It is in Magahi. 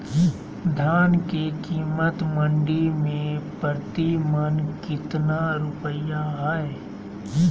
धान के कीमत मंडी में प्रति मन कितना रुपया हाय?